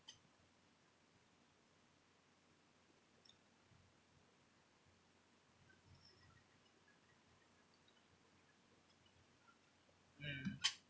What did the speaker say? mm